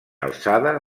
alçada